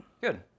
Good